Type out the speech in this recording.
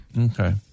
Okay